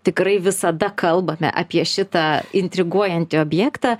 tikrai visada kalbame apie šitą intriguojantį objektą